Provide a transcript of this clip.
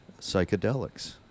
psychedelics